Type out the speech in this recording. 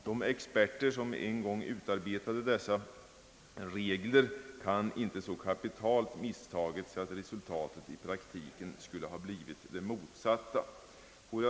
De experter som en gång utarbetade dessa regler kan inte ha misstagit sig så kapitalt att resultatet i praktiken skulle ha blivit det motsatta.